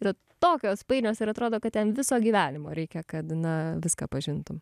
yra tokios painios ir atrodo kad ten viso gyvenimo reikia kad na viską pažintum